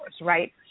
right